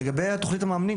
לגבי תכנית המאמנים,